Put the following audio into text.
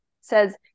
says